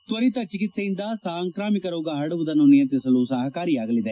ತ್ವರಿತ ಚಿಕಿತ್ಸೆ ಯಿಂದ ಸಾಂಕ್ರಾಮಿಕ ರೋಗ ಹರಡುವುದನ್ನು ನಿಯಂತ್ರಿಸಲು ಸಹಕಾರಿಯಾಗಲಿದೆ